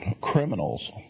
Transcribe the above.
criminals